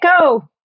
go